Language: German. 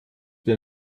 den